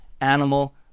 animal